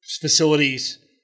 Facilities